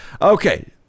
Okay